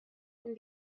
and